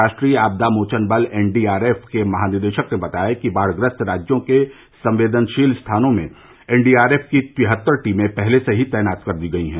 राष्ट्रीय आपदा मोचन बल एन डी आर एफ के महानिदेशक ने बताया कि बाढ़ ग्रस्त राज्यों के संवदेनशील स्थानों में एन डी आर एफ की तिहत्तर टीमें पहले से ही तैनात कर दी गई हैं